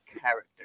character